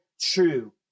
true